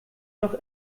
noch